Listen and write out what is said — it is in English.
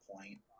point